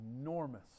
enormous